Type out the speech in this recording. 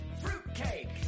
Fruitcake